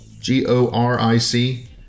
G-O-R-I-C